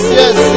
yes